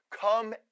Come